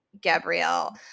Gabrielle